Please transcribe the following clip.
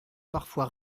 parfois